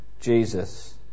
Jesus